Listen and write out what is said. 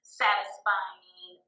satisfying